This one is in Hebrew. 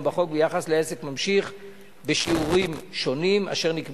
וכשאנשים שומעים שפה